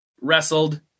wrestled